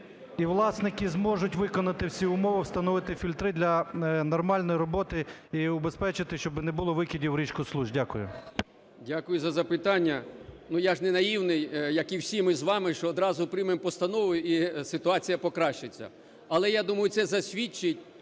…і власники зможуть виконати всі умови, встановити фільтри для нормальної роботи і убезпечити, щоби не було викидів в річку Случ? Дякую. 12:58:27 ЛИТВИН В.М. Дякую за запитання. Ну я ж не наївний, як і всі ми з вами, що одразу приймемо постанову, і ситуація покращиться. Але я думаю, це засвідчить,